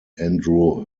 andrew